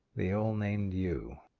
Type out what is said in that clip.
they all named you.